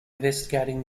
investigating